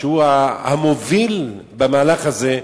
שהוא המוביל במהלך הזה,